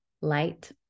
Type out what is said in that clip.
light